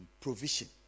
provision